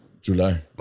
July